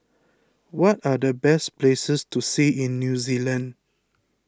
what are the best places to see in New Zealand